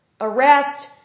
Arrest